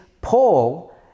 Paul